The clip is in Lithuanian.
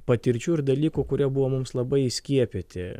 patirčių ir dalykų kurie buvo mums labai įskiepyti